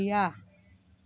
गैया